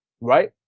right